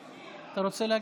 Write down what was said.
אתה רוצה להגיב?